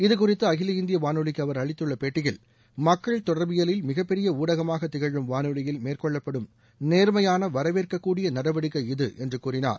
இதுகுறித்து அகில இந்திய வானொலிக்கு அவர் அளித்துள்ள பேட்டியில் மக்கள் தொடர்பியலில் மிகப்பெரிய ஊடகமாக திகழும் வானொலியில் மேற்கொள்ளப்படும் நேர்மறையான வரவேற்ககூடிய நடவடிக்கை இது என்று கூறினார்